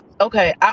Okay